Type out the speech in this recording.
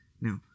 Now